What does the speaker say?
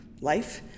life